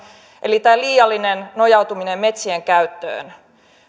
eli tähän liialliseen nojautumiseen metsien käyttöön